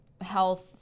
health